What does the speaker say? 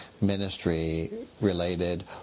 ministry-related